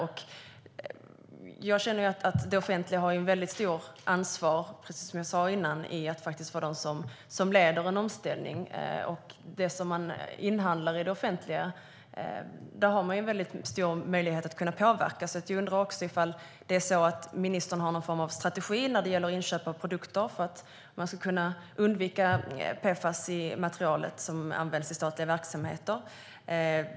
Som jag sa tidigare känner jag att det offentliga har ett stort ansvar i att faktiskt vara ledande i en omställning. När det gäller det som inhandlas i det offentliga finns det också stor möjlighet att påverka. Jag undrar därför om ministern har någon form av strategi när det gäller inköp av produkter, för att man ska kunna undvika PFAS i det material som används i statliga verksamheter.